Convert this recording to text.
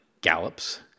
gallops